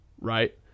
right